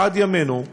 ועד ימינו,